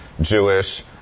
Jewish